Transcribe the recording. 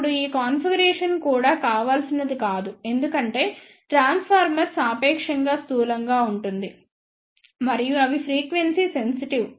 ఇప్పుడు ఈ కాన్ఫిగరేషన్ కూడా కావాల్సినది కాదు ఎందుకంటే ట్రాన్స్ఫార్మర్ సాపేక్షంగా స్థూలంగా ఉంటుంది మరియు అవి ఫ్రీక్వెన్సీ సెన్సిటివ్